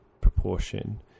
proportion